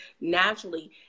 naturally